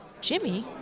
Jimmy